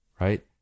right